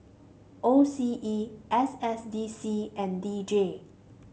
O C E S S D C and D J